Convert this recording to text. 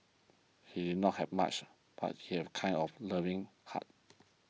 he did not have much but he have kind of learning heart